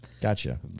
Gotcha